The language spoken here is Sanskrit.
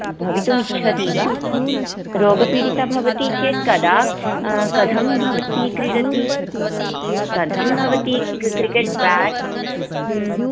भवितुम् इच्छति वा रोगपीडिता भवति चेत् कदा कथं भवति क्रीडति कथं भवति क्रिकेट् बेट्